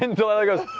and delilah goes,